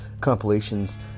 compilations